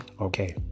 Okay